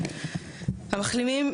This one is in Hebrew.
המחלימים,